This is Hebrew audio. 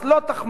אז לא תחמוד,